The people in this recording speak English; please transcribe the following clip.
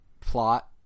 plot